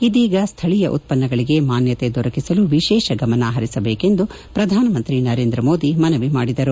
ಇದೀಗ ಸ್ಥಳೀಯ ಉತ್ಪನ್ನಗಳಿಗೆ ಮಾನ್ಗತೆ ದೊರಕಿಸಲು ವಿಶೇಷ ಗಮನ ಹರಿಸಬೇಕು ಎಂದು ಪ್ರಧಾನಮಂತ್ರಿ ನರೇಂದ್ರ ಮೋದಿ ಮನವಿ ಮಾಡಿದರು